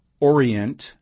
orient